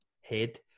head